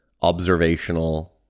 observational